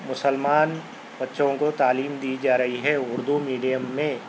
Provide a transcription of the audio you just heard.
مسلمان بچوں کو تعلیم دی جا رہی ہے اردو میڈیم میں